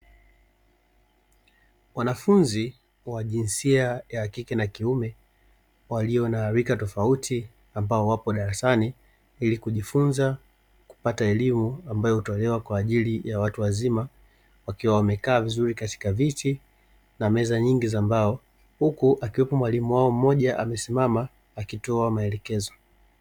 Wanafunzi wa jinsia ya kike na ya kiume walio na rika tofauti ambao wapo darasani, ili kujifunza kupata elimu ambayo hutolewa kwa ajili ya watu wazima, wakiwa wamekaa vizuri katika viti na meza nyingi za mbao huku akiwepo mwalimu wao mmoja amesimama akitoa maelekezo.